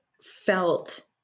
felt –